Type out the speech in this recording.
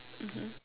mmhmm